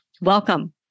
welcome